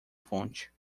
fonte